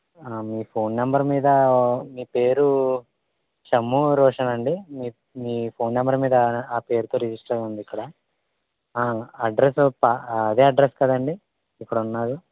మీ phone number మీద మీ పేరు సమ్మురోషనండి మీ మీ ఫోన్ నెంబర్ మీద ఆ పేరుతో రిజిస్టర్ అయుంది ఇక్కడ అడ్రసు అదే అడ్రస్ కదండి ఇక్కడ ఉన్నది